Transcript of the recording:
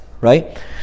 right